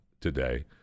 today